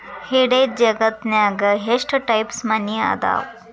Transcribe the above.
ಇಡೇ ಜಗತ್ತ್ನ್ಯಾಗ ಎಷ್ಟ್ ಟೈಪ್ಸ್ ಮನಿ ಅದಾವ